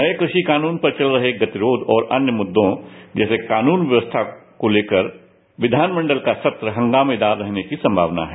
नए कृष कानून पर चल रहे गतिरोध और अन्य मृद्यों जैसे कानून व्यवस्था को लेकर विधानमंडल का सत्र हंगामेदार रहने की संभावना है